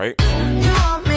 Right